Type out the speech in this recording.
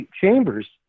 chambers